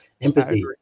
Empathy